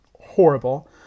horrible